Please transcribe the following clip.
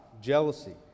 jealousy